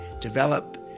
develop